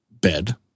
bed